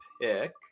pick